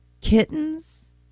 kittens